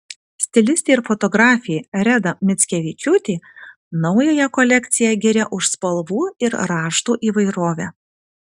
stilistė ir fotografė reda mickevičiūtė naująją kolekciją giria už spalvų ir raštų įvairovę